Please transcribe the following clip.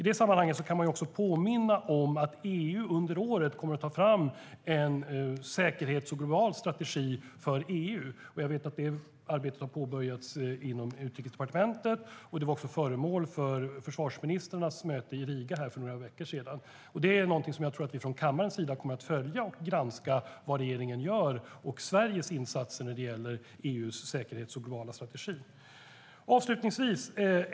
I det sammanhanget kan man påminna om att EU under året kommer att ta fram en säkerhetsstrategi och global strategi för EU. Jag vet att arbetet har påbörjats inom Utrikesdepartementet, och det var också föremål för försvarsministrarnas möte i Riga för några veckor sedan. Vi från kammarens sida kommer att följa och granska vad regeringen gör och Sveriges insatser när det gäller EU:s säkerhetsstrategi och globala strategi.